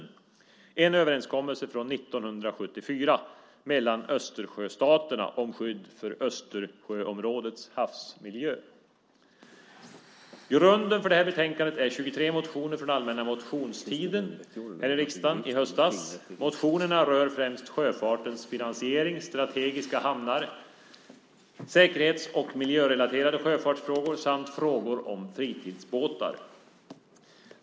Det är en överenskommelse från 1974 mellan Östersjöstaterna om skydd för Östersjöområdets havsmiljö. Grunden för det här betänkandet är 23 motioner från allmänna motionstiden i riksdagen i höstas. Motionerna rör främst sjöfartens finansiering, strategiska hamnar, säkerhets och miljörelaterade sjöfartsfrågor samt frågor om fritidsbåtar.